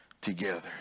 together